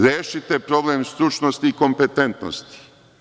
Rešite problem stručnosti i kompetentnosti.